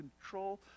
control